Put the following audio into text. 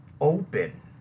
open